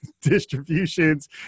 distributions